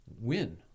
win